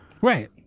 right